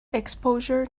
exposure